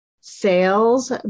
sales